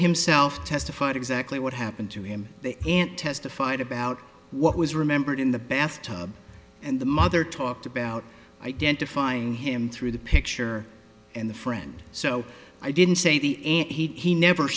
himself testified exactly what happened to him the aunt testified about what was remembered in the bath tub and the mother talked about identifying him through the picture and the friend so i didn't say the and he never